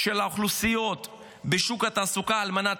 של האוכלוסיות בשוק התעסוקה על מנת